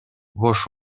бош